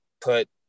put